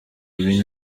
ibi